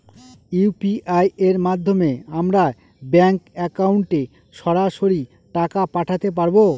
UPI এর মাধ্যমে আমরা ব্যাঙ্ক একাউন্টে সরাসরি টাকা পাঠাতে পারবো?